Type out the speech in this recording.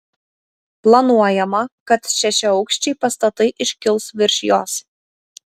planuojama kad šešiaaukščiai pastatai iškils virš jos